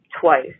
twice